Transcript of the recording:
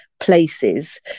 places